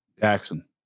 Jackson